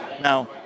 Now